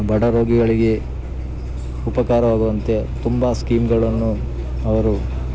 ಬಡ ರೋಗಿಗಳಿಗೆ ಉಪಕಾರವಾಗುವಂತೆ ತುಂಬ ಸ್ಕೀಮ್ಗಳನ್ನು ಅವರು